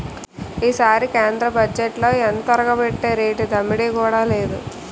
ఈసారి కేంద్ర బజ్జెట్లో ఎంతొరగబెట్టేరేటి దమ్మిడీ కూడా లేదు